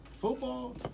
football